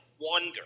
wonder